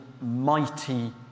Mighty